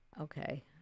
Okay